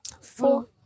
Four